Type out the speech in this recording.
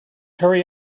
hurry